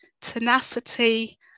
tenacity